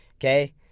okay